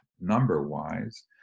number-wise